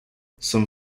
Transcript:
some